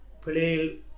play